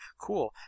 cool